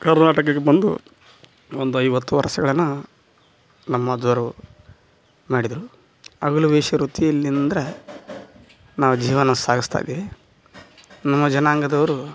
ಕರ್ನಾಟಕ್ಕೆ ಬಂದು ಒಂದು ಐವತ್ತು ವರ್ಷಗಳನ್ನ ನಮ್ಮ ಅಜ್ಜವರು ಮಾಡಿದರು ಹಗಲು ವೇಷ ವೃತ್ತಿಯಲ್ಲಿ ಏನಂದ್ರ ನಾವು ಜೀವನ ಸಾಗಿಸ್ದಾ ಇದ್ದೇವೆ ನಮ್ಮ ಜನಾಂಗದವರು